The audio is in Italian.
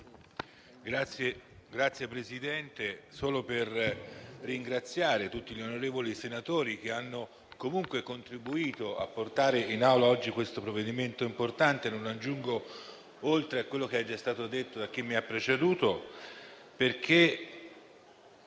Signor Presidente, vorrei ringraziare tutti gli onorevoli senatori che hanno contribuito a portare in Aula oggi questo provvedimento importante. Non aggiungo altro a quello che è già stato detto da chi mi ha preceduto.